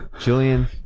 Julian